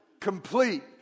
complete